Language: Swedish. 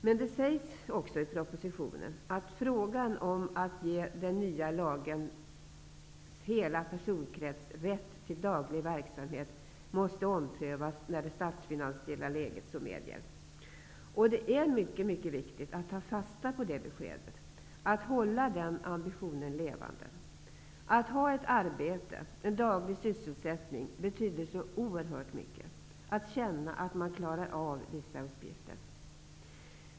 Men det sägs också i propositionen att frågan om att ge den nya lagens hela personkrets rätt till daglig verksamhet måste omprövas när det statsfinansiella läget så medger. Det är mycket, mycket viktigt att ta fasta på det beskedet och hålla ambitionen levande. Att ha ett arbete, en daglig sysselsättning betyder så oerhört mycket. Man måste få känna att man klarar av vissa uppgifter.